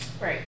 right